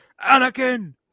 Anakin